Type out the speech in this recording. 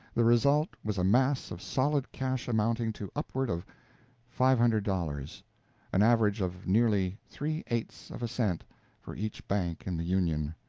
the result was a mass of solid cash amounting to upward of five hundred dollars an average of nearly three-eights of a cent for each bank in the union.